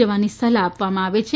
જવાની સલાહ આપવામાં આવે છે